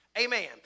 Amen